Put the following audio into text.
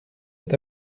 est